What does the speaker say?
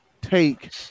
take